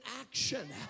action